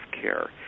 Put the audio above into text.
care